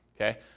Okay